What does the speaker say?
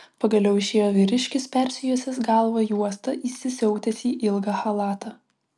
pagaliau išėjo vyriškis persijuosęs galvą juosta įsisiautęs į ilgą chalatą